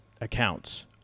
accounts